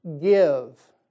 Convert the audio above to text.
Give